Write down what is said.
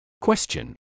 Question